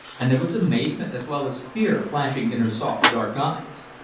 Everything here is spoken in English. and there was amazement as well as fear flashing in her soft, dark eyes.